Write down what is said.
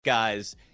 guys